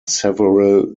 several